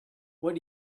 what